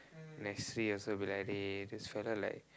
also be like dey this fella like